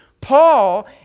Paul